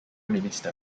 minister